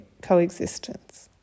coexistence